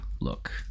look